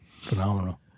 Phenomenal